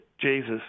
Jesus